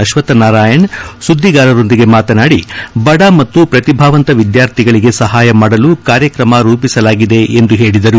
ಅಕ್ಷತ್ಹ್ ನಾರಾಯಣ್ ಸುದ್ದಿಗಾರರೊಂದಿಗೆ ಮಾತನಾಡಿ ಬಡ ಮತ್ತು ಪ್ರತಿಭಾವಂತ ವಿದ್ಯಾರ್ಥಿಗಳಿಗೆ ಸಹಾಯ ಮಾಡಲು ಕಾರ್ಯಕ್ರಮ ರೂಪಿಸಲಾಗಿದೆ ಎಂದು ಹೇಳಿದರು